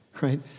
right